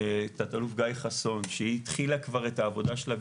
גיא חסון שהתחילה כבר את העבודה שלה,